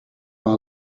our